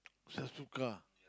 sells two car